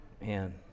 Man